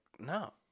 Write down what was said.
No